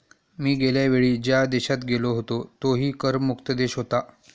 मी गेल्या वेळी ज्या देशात गेलो होतो तोही कर मुक्त देश होता